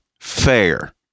fair